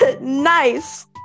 nice